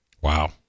Wow